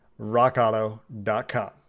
rockauto.com